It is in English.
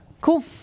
Cool